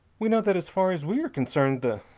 we know that as far as we are concerned the